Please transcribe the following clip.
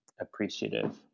appreciative